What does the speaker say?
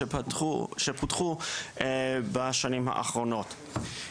שפותחו בשנים האחרונות.